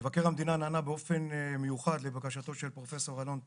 מבקר המדינה נענה באופן מיוחד לבקשתו של פרופ' אלון טל,